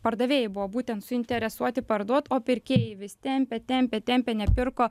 pardavėjai buvo būtent suinteresuoti parduot o pirkėjai vis tempė tempė tempė nepirko